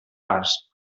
parts